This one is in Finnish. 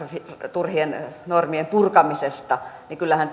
turhien normien purkamisesta niin kyllähän